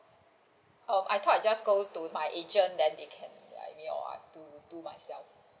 oh I thought I just go to my agent then it can or I mean I can do myself